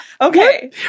okay